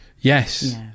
Yes